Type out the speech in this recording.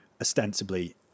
ostensibly